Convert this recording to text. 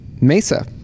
MESA